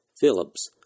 Phillips